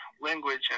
language